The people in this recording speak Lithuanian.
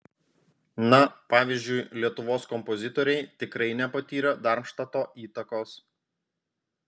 na pavyzdžiui lietuvos kompozitoriai tikrai nepatyrė darmštato įtakos